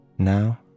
Now